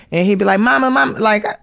and he'd be like, momma, momma, like,